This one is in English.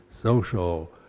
social